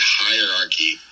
hierarchy